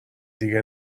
دیگه